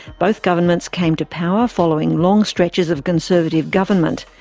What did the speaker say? both governments came to power following long stretches of conservative government,